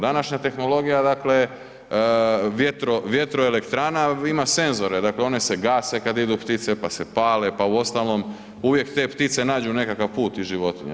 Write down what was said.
Današnja tehnologija dakle vjetroelektrane ima senzore, dakle one se gase kada idu ptice, pa se pale, pa uostalom uvijek te ptice nađu nekakav put i životinja.